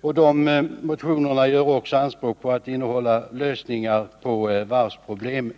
och de motionerna gör också anspråk på att innehålla lösningar på varvsproblemen.